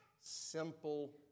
simple